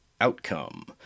Outcome